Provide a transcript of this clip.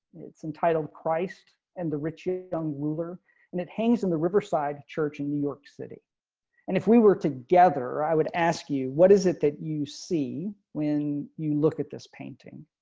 it's entitled christ and the rich young ruler and it hangs in the riverside church in new york city. and if we were together, i would ask you, what is it that you see when you look at this painting.